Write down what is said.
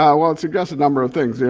um well it suggests a number of things. yeah